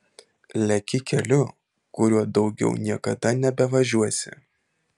leki keliu kuriuo daugiau niekada nebevažiuosi